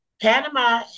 Panama